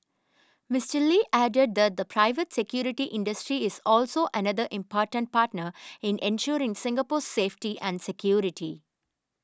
Mister Lee added that the private security industry is also another important partner in ensuring Singapore's safety and security